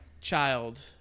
child